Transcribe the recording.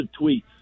tweets